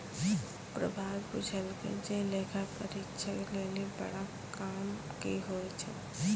प्रभात पुछलकै जे लेखा परीक्षक लेली बड़ा काम कि होय छै?